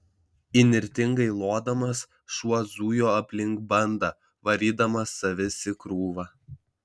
įnirtingai lodamas šuo zujo aplink bandą varydamas avis į krūvą